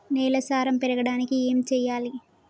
నేల సారం పెరగడానికి ఏం చేయాలి?